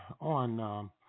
on